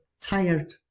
tired